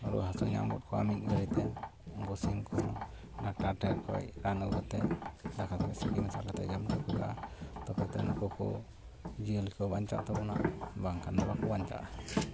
ᱨᱩᱣᱟᱹᱼᱦᱟᱥᱩ ᱧᱟᱢᱜᱚᱫ ᱠᱚᱣᱟ ᱢᱤᱫᱜᱷᱟᱹᱲᱤᱛᱮ ᱩᱱᱠᱩ ᱥᱤᱢ ᱠᱚᱦᱚᱸ ᱰᱟᱠᱴᱟᱨ ᱴᱷᱮᱡ ᱠᱷᱚᱡ ᱨᱟᱱ ᱟᱹᱜᱩ ᱠᱟᱛᱮᱫ ᱫᱟᱠᱟ ᱥᱚᱸᱜᱮ ᱥᱤᱯᱤ ᱢᱮᱥᱟᱞ ᱠᱟᱛᱮᱫ ᱡᱚᱢ ᱚᱪᱚᱠᱚ ᱦᱩᱭᱩᱜᱼᱟ ᱛᱚᱵᱮᱛᱚ ᱱᱩᱠᱩ ᱠᱚ ᱡᱤᱭᱟᱹᱞᱤᱠᱚ ᱵᱟᱧᱪᱟᱜ ᱛᱟᱵᱚᱱᱟ ᱵᱟᱝᱠᱷᱟᱡ ᱫᱚ ᱵᱟᱠᱚ ᱵᱟᱧᱪᱟᱜᱼᱟ